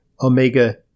Omega